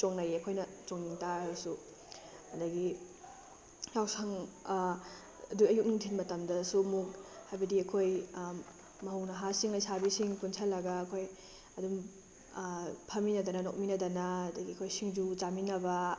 ꯆꯣꯡꯅꯩꯑꯦ ꯑꯩꯈꯣꯏꯅ ꯆꯣꯡꯅꯤꯡꯕ ꯇꯥꯔꯥꯒꯁꯨ ꯑꯗꯨꯗꯒꯤ ꯌꯥꯎꯁꯪ ꯑꯗꯣ ꯑꯌꯨꯛ ꯅꯨꯡꯊꯤꯜ ꯃꯇꯝꯗꯁꯨ ꯑꯃꯨꯛ ꯍꯥꯏꯕꯗꯤ ꯑꯩꯈꯣꯏ ꯃꯧ ꯅꯍꯥꯁꯤꯡ ꯂꯩꯁꯥꯕꯤꯁꯤꯡ ꯄꯨꯟꯁꯤꯜꯂꯒ ꯑꯩꯈꯣꯏ ꯑꯗꯨꯝ ꯐꯝꯃꯤꯅꯗꯅ ꯅꯣꯛꯃꯤꯟꯅꯗꯅ ꯑꯗꯨꯗꯒꯤ ꯑꯩꯈꯣꯏ ꯁꯤꯡꯖꯨ ꯆꯥꯃꯤꯟꯅꯕ